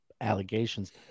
allegations